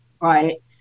right